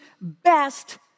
best